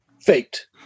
faked